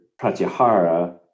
Pratyahara